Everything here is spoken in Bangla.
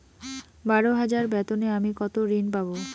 বারো হাজার বেতনে আমি কত ঋন পাব?